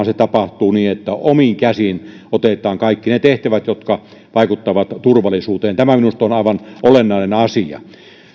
se tapahtuu niin että omiin käsiin otetaan kaikki ne tehtävät jotka vaikuttavat turvallisuuteen tämä minusta on aivan olennainen asia